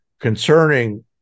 concerning